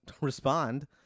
respond